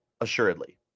assuredly